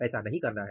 ऐसा नहीं करना है